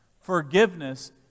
Forgiveness